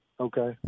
okay